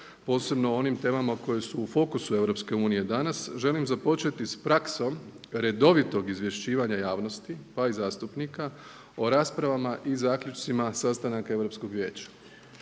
posebno o onim temama koje su u fokusu EU danas želim započeti s praksom redovito izvješćivanja javnosti pa i zastupnika o raspravama i zaključcima sastanaka